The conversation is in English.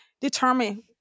determine